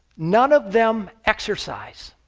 none of them exercise,